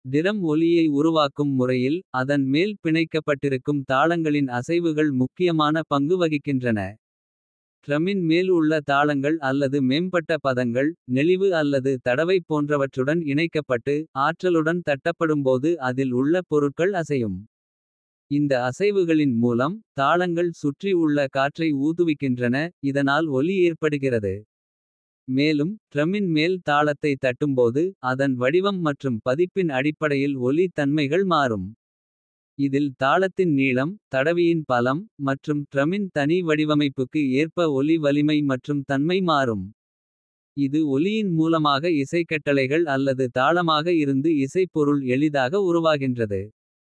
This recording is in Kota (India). டிரம் ஒலியை உருவாக்கும் முறையில். அதன் மேல் பிணைக்கப்பட்டிருக்கும் தாளங்களின். அசைவுகள் முக்கியமான பங்கு வகிக்கின்றன. டிரமின் மேல் உள்ள தாளங்கள் அல்லது மேம்பட்ட பதங்கள். நெளிவு அல்லது தடவை போன்றவற்றுடன் இணைக்கப்பட்டு. ஆற்றலுடன் தட்டப்படும்போது அதில் உள்ள பொருட்கள் அசையும். இந்த அசைவுகளின் மூலம் தாளங்கள் சுற்றி உள்ள காற்றை. ஊதுவிக்கின்றன இதனால் ஒலி ஏற்படுகிறது. மேலும் டிரமின் மேல் தாளத்தைத் தட்டும்போது. அதன் வடிவம் மற்றும் பதிப்பின் அடிப்படையில் ஒலி தன்மைகள் மாறும். இதில் தாளத்தின் நீளம் தடவியின் பலம் மற்றும் டிரமின். தனி வடிவமைப்புக்கு ஏற்ப ஒலி வலிமை மற்றும் தன்மை மாறும். இது ஒலியின் மூலமாக இசைக்கட்டளைகள் அல்லது தாளமாக. இருந்து இசைப் பொருள் எளிதாக உருவாகின்றது.